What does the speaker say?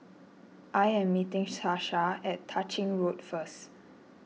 I am meeting Sasha at Tah Ching Road first